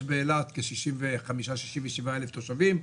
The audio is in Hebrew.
יש באילת כ-65,000 או 67,000 תושבים,